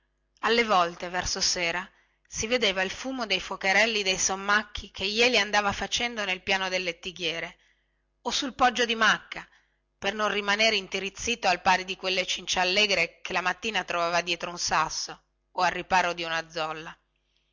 alle volte verso sera si vedeva il fumo dei fuocherelli di sommacchi che jeli andava facendo sul piano del lettighiere o sul poggio di macca per non rimanere intirizzito al pari di quelle cinciallegre che la mattina trovava dietro un sasso o al riparo di una zolla